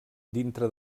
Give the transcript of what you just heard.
dintre